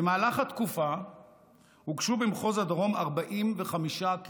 במהלך התקופה הוגשו במחוז דרום 45 כתבי